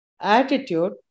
attitude